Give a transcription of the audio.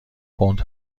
پوند